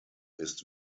ist